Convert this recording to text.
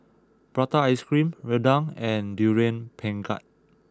Prata Ice Cream Rendang and Durian Pengat